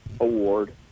award